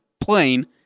plane